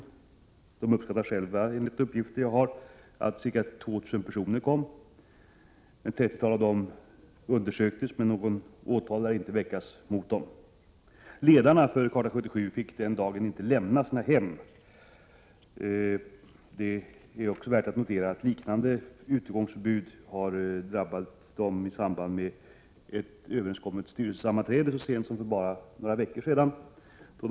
Enligt de uppgifter jag har, uppskattade medlemmarna själva att ca 2 000 personer deltog. Ett trettiotal av dessa undersöktes, men något åtal lär inte väckas mot dem. Ledarna för Charta 77 fick den dagen inte lämna sina hem. Det är också värt att notera att liknande utegångsförbud har drabbat dem så sent som för bara några veckor sedan i samband med ett överenskommet styrelsesammanträde.